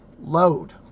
load